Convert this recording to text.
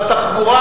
בתחבורה.